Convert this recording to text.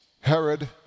Herod